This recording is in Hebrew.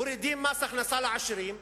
מורידים מס הכנסה לעשירים,